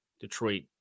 detroit